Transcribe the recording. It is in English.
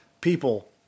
people